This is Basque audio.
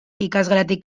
ikasgelatik